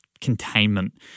containment